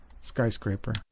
skyscraper